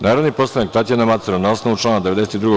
Narodni poslanik Tatjana Macura, na osnovu člana 92.